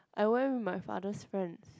I went with my father's friends